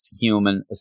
human